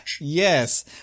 Yes